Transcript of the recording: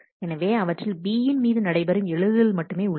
எனவே அவற்றில் B யின் மீது நடைபெறும் எழுதுதல் மட்டுமே உள்ளது